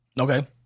Okay